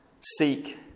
seek